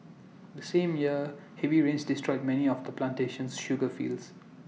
the same year heavy rains destroyed many of the plantation's sugar fields